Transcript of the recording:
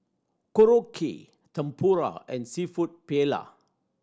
Korokke Tempura and Seafood Paella